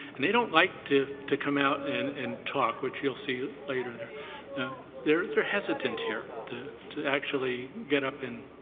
and they don't like to to come out and and talk, which you'll see later here. they're hesitant here to to actually get up and,